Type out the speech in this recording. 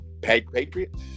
Patriots